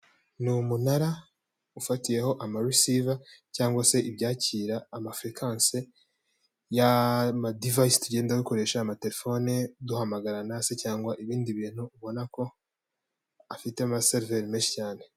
Ni umunara ufatiyeho amarusiva cyangwa se ibyakira amafurekanse y'amadivayisi tugenda dukoresha, amatelefone duhamagarana, se cyangwa ibindi bintu ubona ko afite amaseriveri menshi cyane.